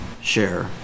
share